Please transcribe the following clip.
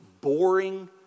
boring